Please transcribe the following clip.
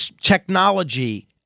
technology